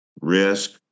risk